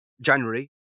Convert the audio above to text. January